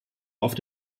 auf